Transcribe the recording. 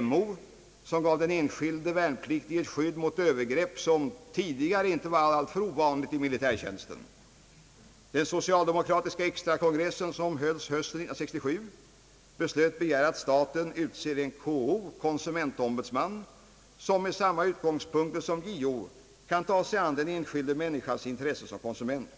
MO, som gav den en skilde värnpliktige ett skydd mot övergrepp, vilka tidigare inte var alltför ovanliga i militärtjänsten. Den <socialdemokratiska extrakongress som hölls hösten 1967 beslöt begära att staten utser en KO — en konsumentombudsman — som från samma utgångspunkter som JO kan ta sig an den enskilda människans intressen såsom konsument.